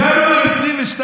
ינואר 2022: